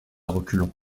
reculons